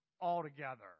altogether